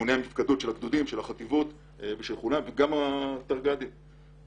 אימוני מפקדות גדודיות וחטיבתיות וגם תרגילי גדודים.